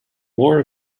more